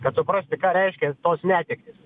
kad suprasti ką reiškia tos netektys